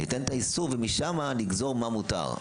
ניתן את האיסור ומשם נגזור מה מותר.